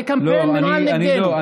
זה קמפיין שמנוהל נגדנו.